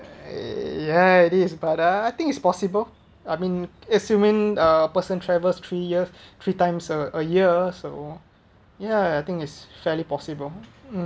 ya it is but uh I think it's possible I mean assuming a person travels three years three times a a year so ya I think is fairly possible um